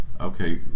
Okay